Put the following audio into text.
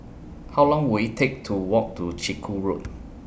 How Long Will IT Take to Walk to Chiku Road